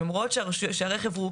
אם הן רואות שהרכב לא